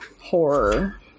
horror